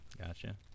Gotcha